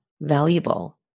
valuable